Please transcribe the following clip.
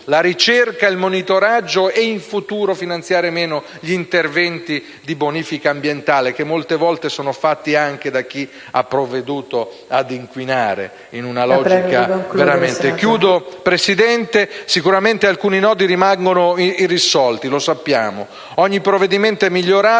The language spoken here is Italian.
la ricerca e il monitoraggio e in futuro finanziare meno gli interventi di bonifica ambientale, che molte volte sono fatti anche da chi ha provveduto a inquinare. Sicuramente alcuni nodi rimangono irrisolti, lo sappiamo; ogni provvedimento è migliorabile,